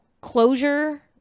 closure